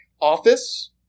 office